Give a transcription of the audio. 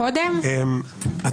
קודם כול,